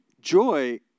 joy